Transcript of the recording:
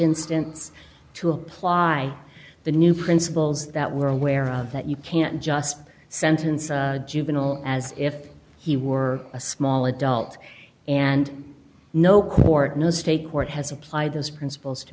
instance to apply the new principles that we're aware of that you can't just sentence a juvenile as if he were a small adult and no court no state court has apply those principles to